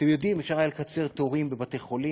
אתם יודעים, אפשר היה לקצר תורים בבתי-חולים,